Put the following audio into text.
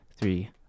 Three